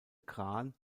kran